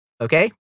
Okay